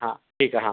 हा ठीक आहे हा